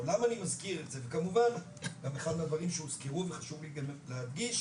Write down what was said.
אחד הדברים שהוזכרו וחשוב להדגיש